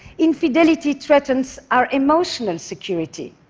infidelity threatens our emotional security.